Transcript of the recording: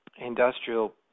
industrial